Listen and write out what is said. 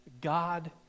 God